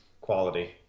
quality